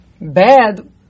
bad